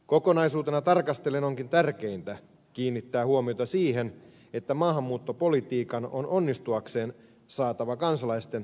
kokonaisuutena tarkastellen onkin tärkeintä kiinnittää huomiota siihen että maahanmuuttopolitiikan on onnistuakseen saatava kansalaisten luottamus